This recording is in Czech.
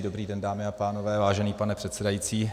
Dobrý den, dámy a pánové, vážený pane předsedající.